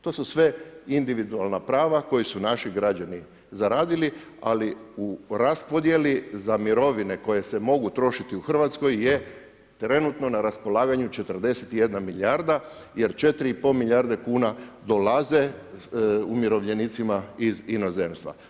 To su sve individualna prava koje su naši građani zaradili ali u raspodjeli za mirovine koje se mogu trošiti u Hrvatskoj je trenutno na raspolaganju 41 milijarda jer 4,5 milijarde kuna dolaze umirovljenicima iz inozemstva.